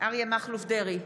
אריה מכלוף דרעי,